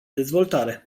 dezvoltare